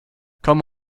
come